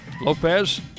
Lopez